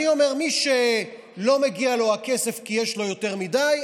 אני אומר: מי שלא מגיע לו הכסף כי יש לו יותר מדי,